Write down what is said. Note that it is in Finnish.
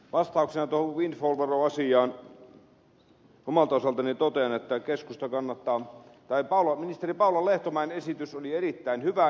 vastauksena tuohon windfall veroasiaan omalta osaltani totean että ministeri paula lehtomäen esitys oli erittäin hyvä